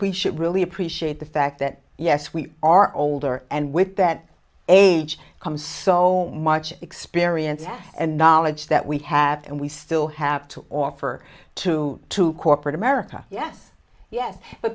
we should really appreciate the fact that yes we are older and with that age comes so much experience and knowledge that we have and we still have to offer to to corporate america yes yes